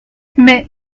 mais